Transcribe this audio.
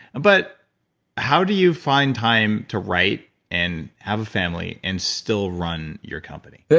but how do you find time to write and have a family and still run your company?